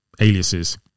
Aliases